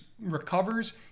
recovers